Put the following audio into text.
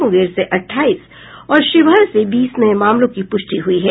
मुंगेर से अट्ठाईस और शिवहर से बीस नये मामलों की पुष्टि हुई है